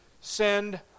send